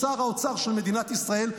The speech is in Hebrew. שר האוצר של מדינת ישראל,